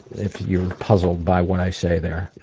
if you're puzzled by what i say there,